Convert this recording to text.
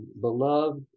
beloved